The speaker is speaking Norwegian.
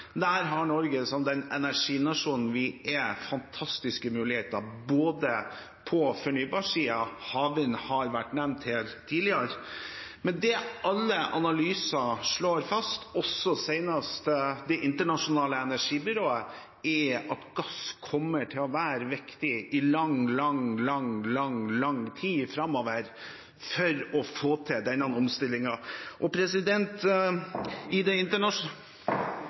Der har Norge, som den energinasjonen vi er, fantastiske muligheter på fornybarsiden – havvind har vært nevnt her tidligere. Men det alle analyser slår fast, også senest Det internasjonale energibyrået, er at gass kommer til å være viktig i lang, lang tid framover for å få til denne omstillingen. Tiden er ute. Statsråd Freiberg og